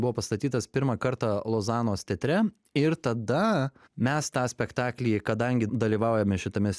buvo pastatytas pirmą kartą lozanos teatre ir tada mes tą spektaklį kadangi dalyvaujame šitame